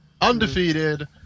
undefeated